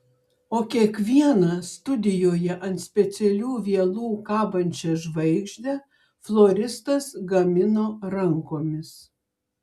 o kiekvieną studijoje ant specialių vielų kabančią žvaigždę floristas gamino rankomis